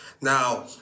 Now